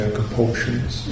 compulsions